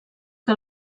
que